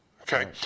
Okay